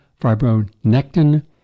fibronectin